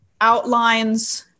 outlines